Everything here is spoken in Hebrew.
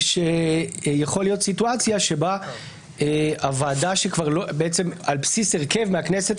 שיכולה להיות סיטואציה שבה הוועדה על בסיס הרכב מהכנסת